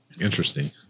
Interesting